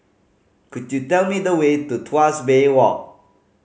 could you tell me the way to Tuas Bay Walk